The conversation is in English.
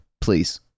Please